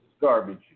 garbage